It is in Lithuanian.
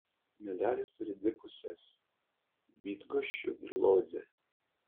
medalis turi dvi pusės bydgoščių ir lodzę